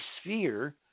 sphere